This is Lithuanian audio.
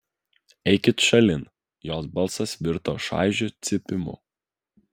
eikit šalin jos balsas virto šaižiu cypimu